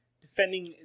defending